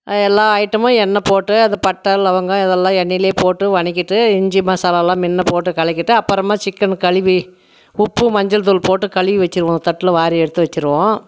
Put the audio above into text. எல்லாம் ஐட்டமும் எண்ணை போட்டு அது பட்டை லவங்கம் இதெல்லாம் எண்ணெய்லயே போட்டு வதக்கிட்டு இஞ்சி மசாலால்லாம் முன்ன போட்டு கலக்கிவிட்டு அப்புறமா சிக்கனு கழுவி உப்பு மஞ்சத்தூள் போட்டு கழுவி வச்சிடுவோம் தட்டில் வாரி எடுத்து வச்சுடுவோம்